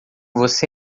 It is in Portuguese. você